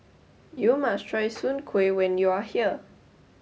you must try Soon Kuih when you are here